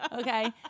okay